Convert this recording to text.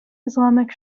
islamic